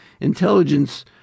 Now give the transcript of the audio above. intelligence